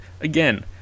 again